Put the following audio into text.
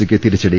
സിക്ക് തിരിച്ചടി